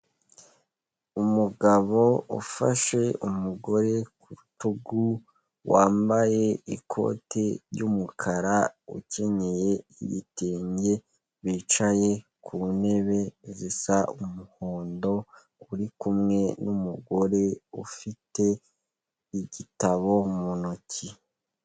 Umugabo ufashe umugore ku rutugu wambaye ikoti ry'umukara ukenye igitenge, bicaye ku ntebe zisa umuhondo uri kumwe n'umugore ufite igitabo mu ntoki.